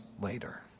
later